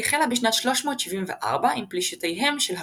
היא החלה בשנת 374 עם פלישותיהם של ההונים,